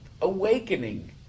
awakening